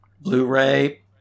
Blu-ray